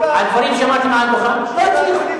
על דברים שאמרתי מעל דוכן הכנסת.